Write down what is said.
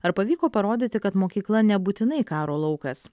ar pavyko parodyti kad mokykla nebūtinai karo laukas